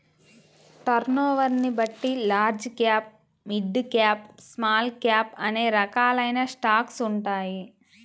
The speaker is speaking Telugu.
టర్నోవర్ని బట్టి large cap, mid cap, small cap అనే రకాలైన స్టాక్స్ ఉంటాయి